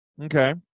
Okay